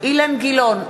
אילן גילאון,